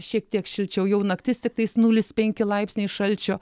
šiek tiek šilčiau jau naktis tiktais nulis penki laipsniai šalčio